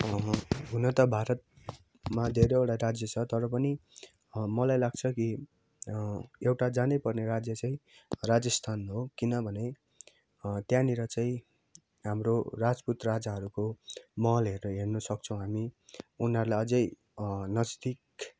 हुन त भारतमा धेरैवटा राज्य छ तर पनि मलाई लाग्छ कि एउटा जानैपर्ने राज्य चाहिँ राजस्थान हो किनभने त्यहाँनिर चाहिँ हाम्रो राजपुत राजाहरूको महलहरू हेर्नुसक्छौँ हामी उनीहरूलाई अझै नजिक